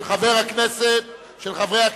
של חברי הכנסת,